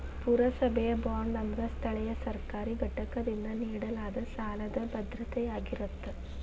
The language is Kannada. ಪುರಸಭೆಯ ಬಾಂಡ್ ಅಂದ್ರ ಸ್ಥಳೇಯ ಸರ್ಕಾರಿ ಘಟಕದಿಂದ ನೇಡಲಾದ ಸಾಲದ್ ಭದ್ರತೆಯಾಗಿರತ್ತ